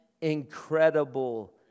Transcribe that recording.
incredible